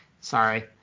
sorry